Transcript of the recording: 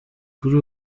kuri